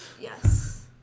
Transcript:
Yes